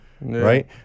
right